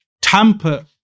tamper